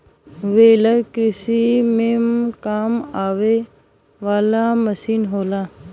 baler कृषि में काम आवे वाला मसीन होला